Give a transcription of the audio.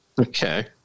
Okay